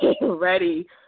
ready